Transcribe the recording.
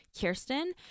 kirsten